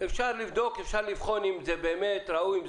אפשר לבדוק, אפשר לבחון אם זה באמת ראוי.